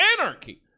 anarchy